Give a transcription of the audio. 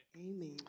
Amen